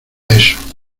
eso